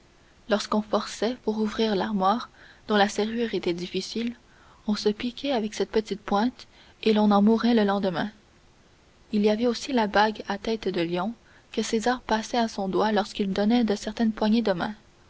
lorsqu'on forçait pour ouvrir l'armoire dont la serrure était difficile on se piquait avec cette petite pointe et l'on en mourait le lendemain il y avait aussi la bague à tête de lion que césar passait à son doigt lorsqu'il donnait de certaines poignées de main